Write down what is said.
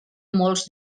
molts